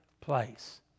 place